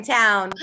town